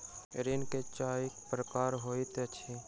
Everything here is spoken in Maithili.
ऋण के चाइर प्रकार होइत अछि